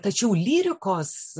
tačiau lyrikos